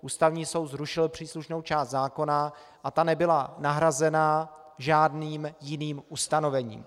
Ústavní soud zrušil příslušnou část zákona a ta nebyla nahrazena žádným jiným ustanovením.